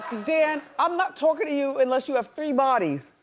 dan, i'm not talking to you unless you have three bodies.